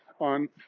on